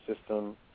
system